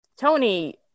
Tony